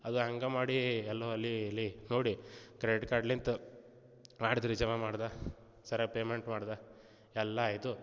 ಅದ ಹಂಗ ಮಾಡಿ ಎಲ್ಲೋ ಅಲ್ಲಿ ಇಲ್ಲಿ ನೋಡಿ ಕ್ರೆಡಿಟ್ ಕಾರ್ಡ್ನಿಂದ ಮಾಡಿದೆ ರೀ ಜಮಾ ಮಾಡ್ದೆ ಸರಿ ಪೇಮೆಂಟ್ ಮಾಡ್ದೆ ಎಲ್ಲ ಆಯ್ತು